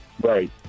Right